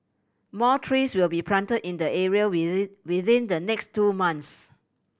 more trees will be planted in the area within the next two months